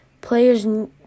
Players